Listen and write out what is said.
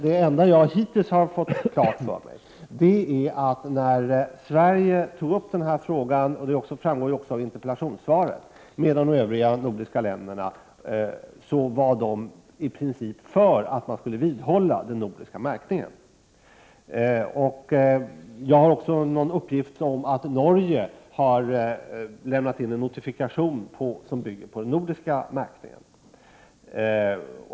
Det enda jag hittills har fått klart för mig är nämligen, att när Sverige tog upp denna fråga, vilket också framgår avinterpellationssvaret, med de övriga nordiska länderna, var de i princip för att man skulle vidhålla den nordiska märkningen. Jag har också en uppgift om att Norge har lämnat in en notifikation som bygger på den nordiska märkningen.